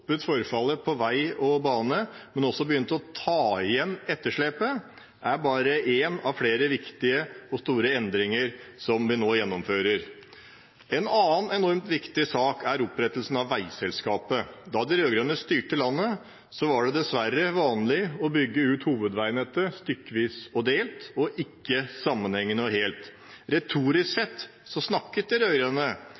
forfallet på vei og bane, men også begynt å ta igjen etterslepet, er bare én av flere viktige og store endringer som vi nå gjennomfører. En annen enormt viktig sak er opprettelsen av veiselskapet. Da de rød-grønne styrte landet, var det dessverre vanlig å bygge ut hovedveinettet stykkevis og delt, og ikke sammenhengende og helt. Retorisk snakket de